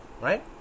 Right